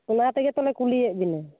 ᱚᱱᱟ ᱛᱮᱜᱮ ᱛᱚᱞᱮ ᱠᱩᱞᱤᱭᱮᱫ ᱵᱮᱱᱟ